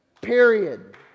Period